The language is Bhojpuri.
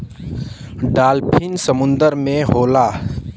डालफिन समुंदर में होला